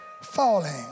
falling